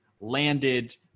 landed